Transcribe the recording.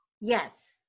yes